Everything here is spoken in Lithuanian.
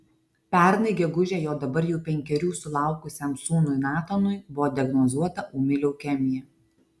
pernai gegužę jo dabar jau penkerių sulaukusiam sūnui natanui buvo diagnozuota ūmi leukemija